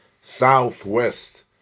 southwest